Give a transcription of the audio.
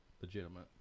legitimate